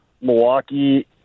Milwaukee